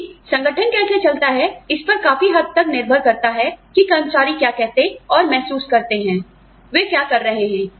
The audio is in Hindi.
लेकिन संगठन कैसे चलता है इस पर काफी हद तक निर्भर करता है कि कर्मचारी क्या कहते और महसूस करते हैं वे क्या कर रहे हैं